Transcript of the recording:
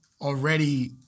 Already